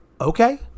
Okay